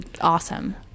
awesome